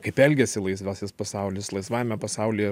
kaip elgiasi laisvasis pasaulis laisvajame pasaulyje